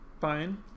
fine